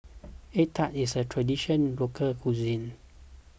Egg Tart is a Traditional Local Cuisine